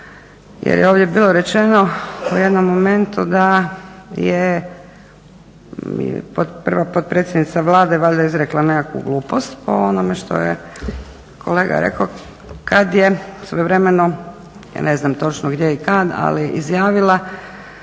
Jer je ovdje bilo rečeno u jednom momentu da je prva potpredsjednica Vlade valjda izrekla neku glupost, po onome što je kolega rekao, kada je svojevremeno, ja ne znam točno gdje i kada, ali izjavila